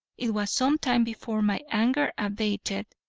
it was some time before my anger abated,